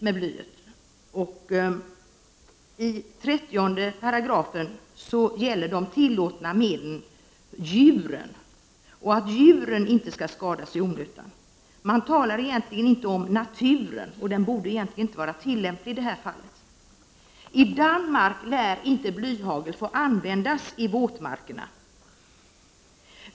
De tillåtna medlen enligt 30 § gäller att djuren inte skall skadas i onödan. Det talas egentligen inte om naturen, och denna paragraf borde inte vara tillämplig i det här fallet. I Danmark lär blyhagel inte få användas i våtmarkerna.